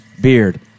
beard